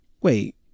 Wait